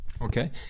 Okay